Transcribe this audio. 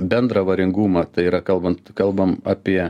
bendrą avaringumą tai yra kalbant kalbam apie